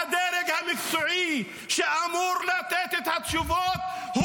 הדרג המקצועי שאמור לתת את התשובות,